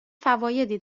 فوایدی